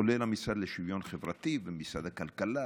כולל המשרד לשוויון חברתי ומשרד הכלכלה